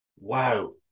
Wow